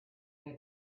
near